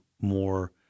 more